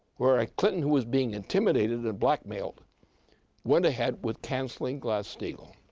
where a clinton who was being intimidated and blackmailed went ahead with cancelling glass-steagall.